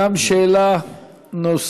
גם הוא שאלה נוספת.